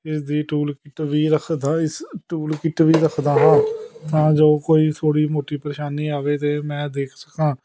ਇਸਦੀ tool kit ਵੀ ਰੱਖਦਾ ਇਸ ਟੂਲ ਕਿੱਟ ਵੀ ਰੱਖਦਾ ਹਾਂ ਤਾਂ ਜੋ ਕੋਈ ਥੋੜ੍ਹੀ ਮੋਟੀ ਪਰੇਸ਼ਾਨੀ ਆਵੇ ਤਾਂ ਮੈਂ ਦੇਖ ਸਕਾਂ